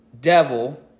devil